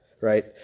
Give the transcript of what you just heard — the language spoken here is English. right